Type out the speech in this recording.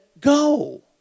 go